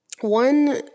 one